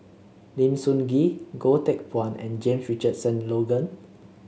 Lim Sun Gee Goh Teck Phuan and Jame Richardson Logan